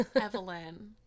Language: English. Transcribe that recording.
Evelyn